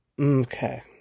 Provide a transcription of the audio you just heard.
okay